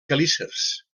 quelícers